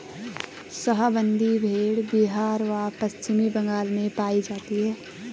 शाहाबादी भेड़ बिहार व पश्चिम बंगाल में पाई जाती हैं